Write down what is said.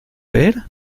ver